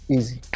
Easy